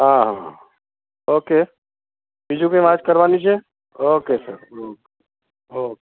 હા ઓકે બીજું કઈ વાત કરવાની છે ઓકે સર ઓકે